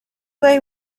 they